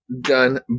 done